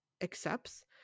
accepts